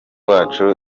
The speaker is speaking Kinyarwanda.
wacu